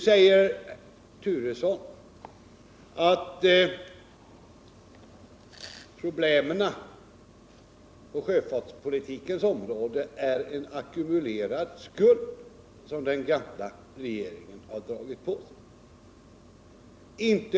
Herr Turesson sade att problemen på sjöfartspolitikens område är en ackumulerad skuld som den förra regeringen ådragit oss.